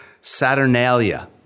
Saturnalia